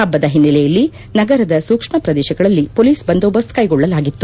ಪಬ್ಬದ ಹಿನ್ನೆಲೆಯಲ್ಲಿ ನಗರದ ಸೂಕ್ಷ್ಮ ಪ್ರದೇಶಗಳಲ್ಲಿ ಪೊಲೀಸ್ ಬಂದೋಬಸ್ತ್ ಕೈಗೊಳ್ಳಲಾಗಿತ್ತು